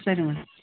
ಸರಿ ಮೇಡಮ್